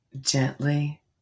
gently